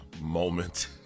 moment